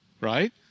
right